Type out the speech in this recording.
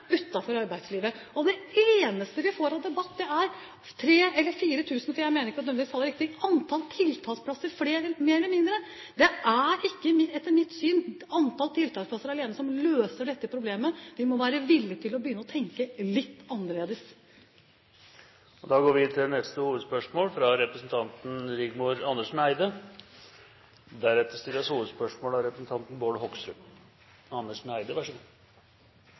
og det eneste vi får av debatt, går på 3 000, eller 4 000, for jeg mener ikke at tallet nødvendigvis er viktig, tiltaksplasser mer eller mindre. Det er etter mitt syn ikke antall tiltaksplasser alene som løser dette problemet. Vi må være villige til å begynne å tenke litt annerledes. Vi går videre til neste hovedspørsmål.